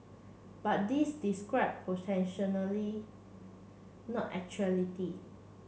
but this describe not actuality